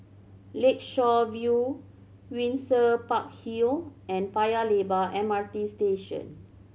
Lakeshore View Windsor Park Hill and Paya Lebar M R T Station